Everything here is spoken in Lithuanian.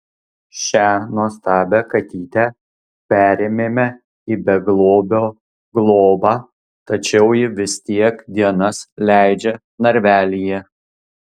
šią nuostabią katytę perėmėme į beglobio globą tačiau ji vis tiek dienas leidžia narvelyje